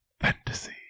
fantasy